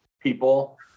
people